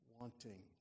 wanting